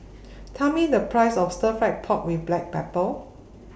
Tell Me The Price of Stir Fry Pork with Black Pepper